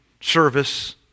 service